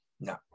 no